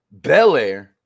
Belair